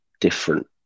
different